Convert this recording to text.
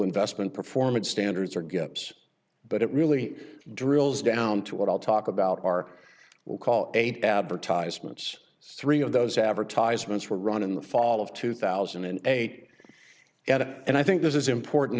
investment performance standards are gaps but it really drills down to what i'll talk about are will call eight advertisements three of those advertisements were run in the fall of two thousand and eight at and i think this is important